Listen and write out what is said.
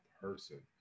person